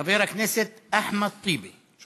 חברת הכנסת חנין זועבי, לא נמצאת.